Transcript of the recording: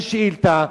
אומנם זו שאילתא.